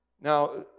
Now